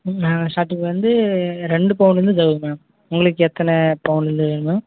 starting வந்து ரெண்டு பவுன்லேருந்து இதாகுது மேம் உங்களுக்கு எத்தனை பவுன்லேருந்து வேணும் மேம்